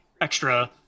extra